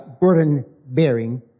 burden-bearing